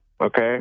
okay